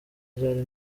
ryari